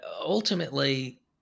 ultimately